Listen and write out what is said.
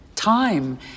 Time